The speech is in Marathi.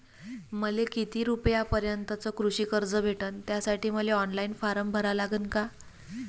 मले किती रूपयापर्यंतचं कृषी कर्ज भेटन, त्यासाठी मले ऑनलाईन फारम भरा लागन का?